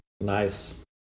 Nice